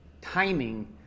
timing